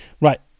Right